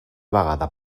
vegada